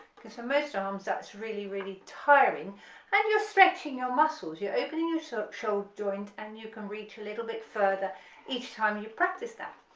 because for most arms that's really really tiring and you're stretching ah muscles you're opening your so shoulder joint and you can reach a little bit further each time you practice that,